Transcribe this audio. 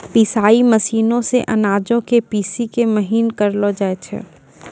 पिसाई मशीनो से अनाजो के पीसि के महीन करलो जाय छै